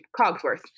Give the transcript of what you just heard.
Cogsworth